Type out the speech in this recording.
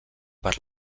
per